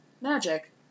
magic